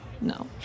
no